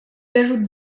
ajoute